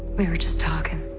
were were just talking.